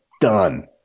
done